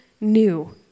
new